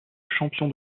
champion